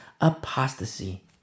apostasy